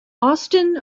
austin